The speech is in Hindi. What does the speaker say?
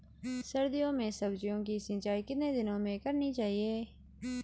सर्दियों में सब्जियों की सिंचाई कितने दिनों में करनी चाहिए?